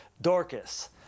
Dorcas